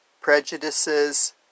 prejudices